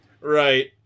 Right